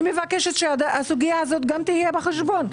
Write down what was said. אני מבקשת שהסוגיה הזאת גם תילקח בחשבון.